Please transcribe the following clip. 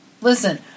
listen